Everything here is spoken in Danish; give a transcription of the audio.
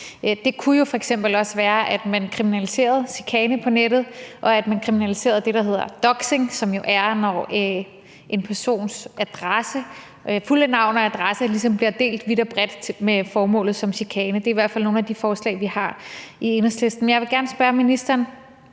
Det kunne jo f.eks. også være, at man kriminaliserede chikane på nettet, og at man kriminaliserede det, der hedder doxing, som jo er, når en persons fulde navn og adresse bliver delt vidt og bredt med chikane som formål. Det er i hvert fald nogle af de forslag, vi har i Enhedslisten. Jeg vil gerne spørge ministeren